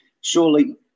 Surely